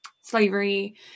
slavery